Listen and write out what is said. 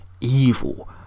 evil